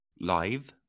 Live